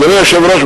אדוני היושב-ראש,